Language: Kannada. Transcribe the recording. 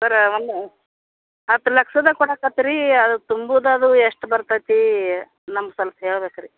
ಸರ್ರ ಒಂದು ಹತ್ತು ಲಕ್ಷದಾಗೆ ಕೊಡಾಕ್ಕತ್ರಿ ಅದು ತುಂಬೋದ್ ಅದು ಎಷ್ಟು ಬರ್ತತೀ ನಮ್ಗೆ ಸ್ವಲ್ಪ ಹೇಳ್ಬೇಕು ರೀ